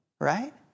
right